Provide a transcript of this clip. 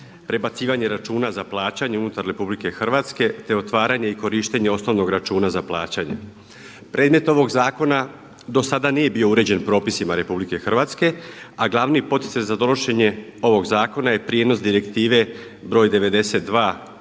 Prebacivanje računa za plaćanje unutar RH, te otvaranje i korištenje osnovnog računa za plaćanje. Predmet ovog zakona do sada nije bio uređen propisima RH a glavni poticaj za donošenje ovog zakona je prijenos Direktive br. 92